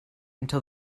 until